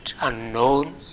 unknown